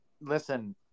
listen